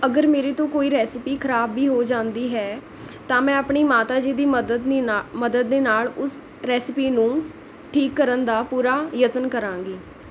ਅਗਰ ਮੇਰੇ ਤੋਂ ਕੋਈ ਰੈਸੀਪੀ ਖ਼ਰਾਬ ਵੀ ਹੋ ਜਾਂਦੀ ਹੈ ਤਾਂ ਮੈਂ ਆਪਣੀ ਮਾਤਾ ਜੀ ਦੀ ਮਦਦ ਨੀ ਨਾਲ਼ ਮਦਦ ਦੇ ਨਾਲ਼ ਉਸ ਰੈਸੀਪੀ ਨੂੰ ਠੀਕ ਕਰਨ ਦਾ ਪੂਰਾ ਯਤਨ ਕਰਾਂਗੀ